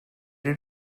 did